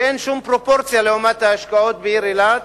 ואין שום פרופורציה לעומת ההשקעות בעיר אילת.